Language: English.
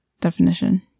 Definition